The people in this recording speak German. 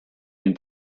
den